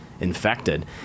Infected